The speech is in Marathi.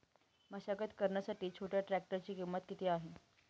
मशागत करण्यासाठी छोट्या ट्रॅक्टरची किंमत किती आहे?